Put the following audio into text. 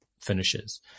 finishes